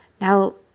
Now